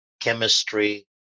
chemistry